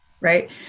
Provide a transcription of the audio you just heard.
right